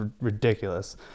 ridiculous